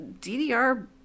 DDR